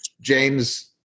James